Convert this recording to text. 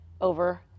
over